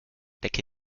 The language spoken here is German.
lecke